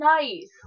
nice